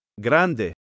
Grande